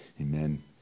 Amen